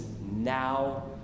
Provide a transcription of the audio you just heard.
now